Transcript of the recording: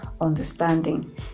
understanding